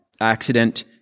accident